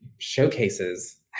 showcases